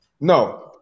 No